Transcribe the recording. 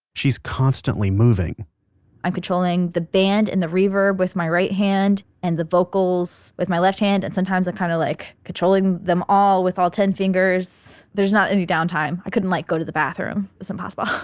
she's constantly moving i'm controlling the band and the reverb with my right hand and the vocals with my left hand and sometimes i'm kind of like controlling them all with all ten fingers. there's not any downtime. i couldn't like go to the bathroom, it's impossible